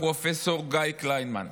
פרופ' גיא קליינמן.